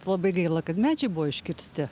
labai gaila kad medžiai buvo iškirsti